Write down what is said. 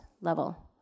level